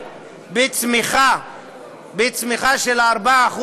בצמיחה של 4%,